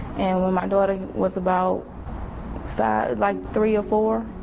and when my daughter was about five, like three or four,